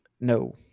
No